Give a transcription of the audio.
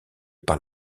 par